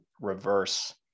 reverse